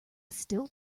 still